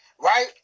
right